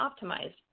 optimized